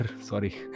sorry